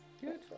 good